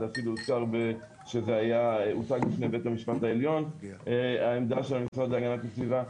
זה אפילו הוצג בפני בית המשפט העליון וגם העמדה של המשרד להגנת הסביבה.